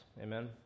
amen